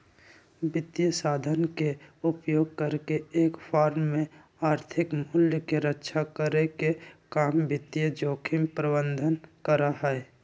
वित्तीय साधन के उपयोग करके एक फर्म में आर्थिक मूल्य के रक्षा करे के काम वित्तीय जोखिम प्रबंधन करा हई